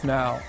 now